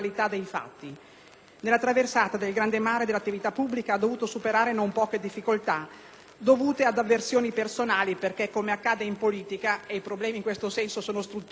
Nella traversata del grande mare dell'attività pubblica ha dovuto superare non poche difficoltà dovute ad avversioni personali perché, come accade in politica, i problemi in questo senso sono strutturali e